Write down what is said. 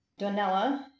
Donella